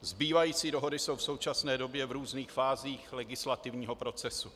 Zbývající dohody jsou v současné době v různých fázích legislativního procesu.